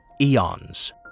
eons